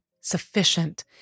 sufficient